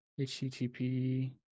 HTTP